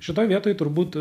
šitoje vietoj turbūt